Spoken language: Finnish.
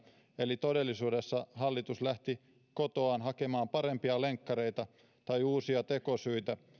eli todellisuudessa hallitus lähti kotoaan hakemaan parempia lenkkareita tai uusia tekosyitä